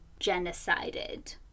genocided